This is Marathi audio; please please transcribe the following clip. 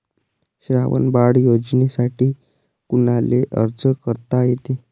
श्रावण बाळ योजनेसाठी कुनाले अर्ज करता येते?